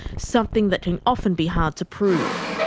something that can often be hard to prove.